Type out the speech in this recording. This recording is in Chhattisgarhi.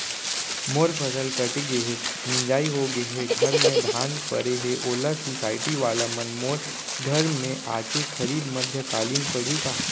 मोर फसल कट गे हे, मिंजाई हो गे हे, घर में धान परे हे, ओला सुसायटी वाला मन मोर घर म आके खरीद मध्यकालीन पड़ही का?